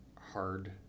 Hard